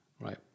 right